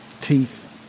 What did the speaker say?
teeth